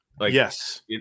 Yes